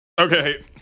okay